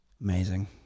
Amazing